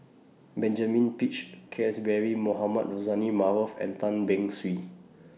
Benjamin Peach Keasberry Mohamed Rozani Maarof and Tan Beng Swee